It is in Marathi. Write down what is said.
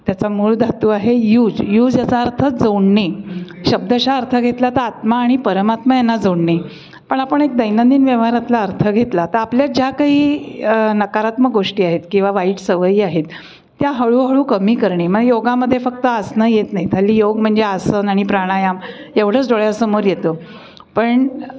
त्याचा मूळ धातू आहे यूज यूज याचा अर्थ जोडणे शब्दशः अर्थ घेतला तर आत्मा आणि परमात्मा यांना जोडणे पण आपण एक दैनंदिन व्यवहारातला अर्थ घेतला तर आपल्या ज्या काही नकारात्मक गोष्टी आहेत किंवा वाईट सवयी आहेत त्या हळूहळू कमी करणे मग योगामध्ये फक्त आसनं येत नाही हल्ली योग म्हणजे आसन आणि प्राणायाम एवढंच डोळ्यासमोर येतं पण